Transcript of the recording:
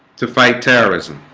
to fight terrorism,